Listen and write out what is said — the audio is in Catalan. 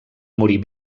morir